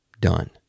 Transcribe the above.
Done